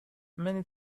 many